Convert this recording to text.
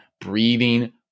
breathing